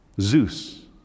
Zeus